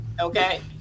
okay